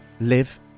live